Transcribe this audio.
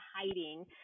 hiding